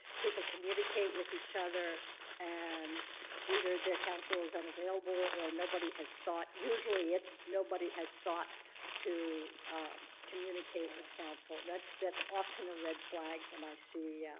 people communicate with each other and either their counsel is unavailable or nobody has thought usually it's nobody has thought to communicate with counsel, and that's often a red flag when i see. yeah